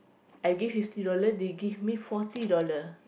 I give fifty dollar they give me forty dollar